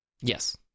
yes